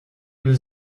was